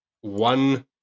one